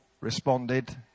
responded